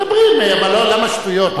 מדברים, אבל למה שטויות?